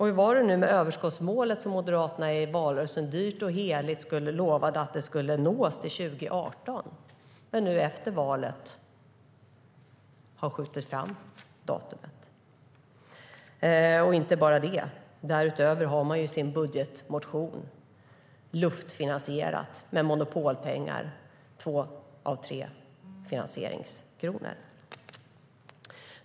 Hur var det nu med överskottsmålet, som Moderaterna i valrörelsen dyrt och heligt lovade skulle nås till 2018? Nu efter valet har man skjutit fram datumet, och inte bara det. Därutöver har man i sin budgetmotion luftfinansierat med Monopolpengar två av tre finansieringskronor.